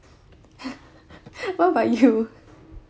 what about you